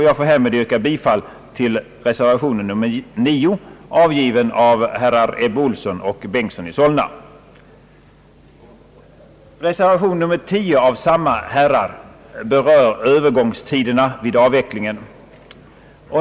Jag får härmed yrka bifall till reservationen IX avgiven av herrar Ebbe Ohlsson och Bengtson i Solna. Reservationen X av samma herrar berör övergångstiderna vid avvecklingen.